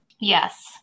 Yes